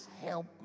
Help